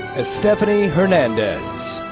estefany hernandez.